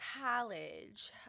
college